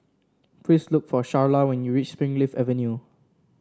please look for Sharla when you reach Springleaf Avenue